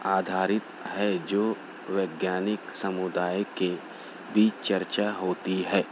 آدھارت ہے جو ویگیانک سمودائے کے بیچ چرچا ہوتی ہے